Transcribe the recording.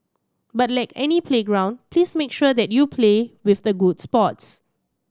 but like any playground please make sure that you play with the good sports